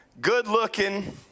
good-looking